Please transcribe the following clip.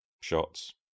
shots